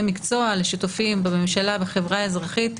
מקצוע לשיתופים בממשלה ובחברה האזרחית.